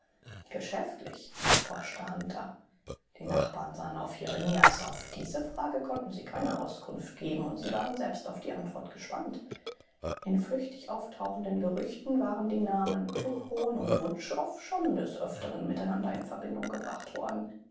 geschäftlich forschte hunter die nachbarn sahen auf jeremias auf diese frage konnten sie keine auskunft geben und sie waren selbst auf die antwort gespannt in flüchtig auftauchenden gerüchten waren die namen kluckhohn und wutschow schon des öfteren miteinander in verbindung gebracht worden